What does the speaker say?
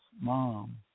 mom